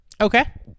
Okay